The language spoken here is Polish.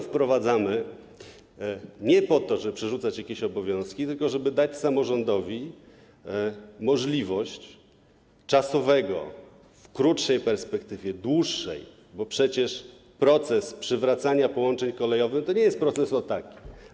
Wprowadzamy to nie po to, żeby przerzucać jakieś obowiązki, tylko po to, żeby dać samorządowi możliwość czasowego, w krótszej perspektywie, w dłuższej, bo przecież proces przywracania połączeń kolejowych to nie jest proces o, taki.